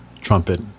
trumpet